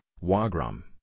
wagram